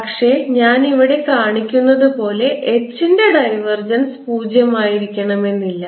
പക്ഷേ ഞാൻ ഇവിടെ കാണിക്കുന്നതുപോലെ H ന്റെ ഡൈവർജൻസ് പൂജ്യമായിരിക്കണo എന്നില്ല